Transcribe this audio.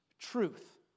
Truth